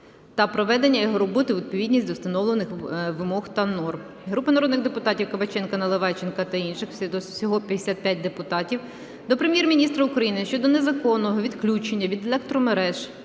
та приведення його роботи у відповідність до встановлених вимог та норм. Групи народних депутатів (Кабаченка, Наливайченка та інших. Всього 55 депутатів) до Прем'єр-міністра України щодо незаконного відключення від електромереж